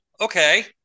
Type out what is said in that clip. okay